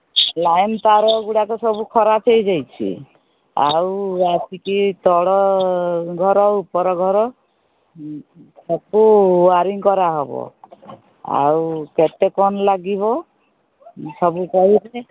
line ତାରଗୁଡ଼ାକ ସବୁ ଖରାପ ହୋଇଯାଇଛି ଆଉ ଆସିକି ତଳ ଘର ଉପର ଘର ସବୁ ୱାରିଙ୍ଗ୍ କରାହେବ ଆଉ କେତେ କ'ଣ ଲାଗିବ ସବୁ କହିବେ